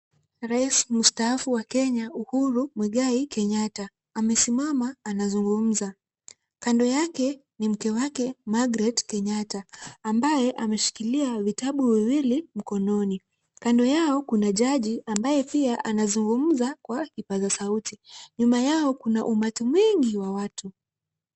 Rais mustaafu wa Kenya Uhuru Muigai Kenyatta amesimama akizungumza. Kando yake ni mke wake Margaret Kenyatta ambaye ameshikilia vitabu viwili mkononi. Kando yao kuna jaji ambaye pia anazungumza kwa kipaza sauti. Nyuma yao kuna umati mwingi wa watu.